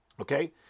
okay